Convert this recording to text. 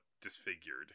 disfigured